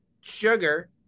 sugar